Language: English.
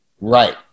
Right